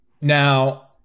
Now